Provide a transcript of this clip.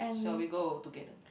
shall we go together